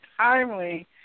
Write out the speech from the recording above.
timely